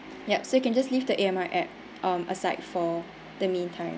yup so you can just leave the A_M_R app um aside for the meantime